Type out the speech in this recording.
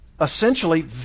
essentially